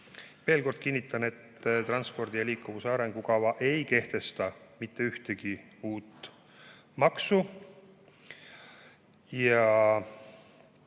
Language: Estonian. Veel kord kinnitan, et transpordi ja liikuvuse arengukava ei kehtesta mitte ühtegi uut maksu.